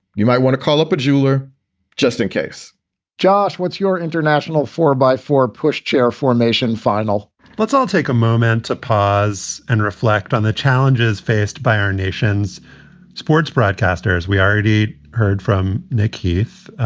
you might want to call up a jeweler just in case josh, what's your international for? buy for pushchair formation final let's all take a moment to pause and reflect on the challenges faced by our nation's sports broadcasters. we already heard from nick heath,